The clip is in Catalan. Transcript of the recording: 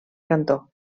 cantó